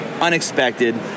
unexpected